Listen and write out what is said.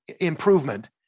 improvement